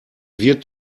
wird